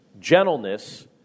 gentleness